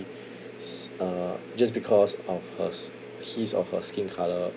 s~ uh just because of hers his or her skin colour